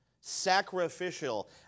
sacrificial